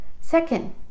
Second